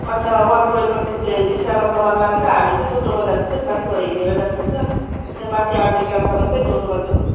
अन्त उहाँ गए पछि चाहिँ रिक्सामा सामान लान्छ हामी चाहिँ टोटोमा जानु पर्छ अनि माथिबाट हिँडेर जानु पर्छ त्यहाँ माथि आर्मी क्याम्पसम्म चाहिँ टोटोमा जाऊँ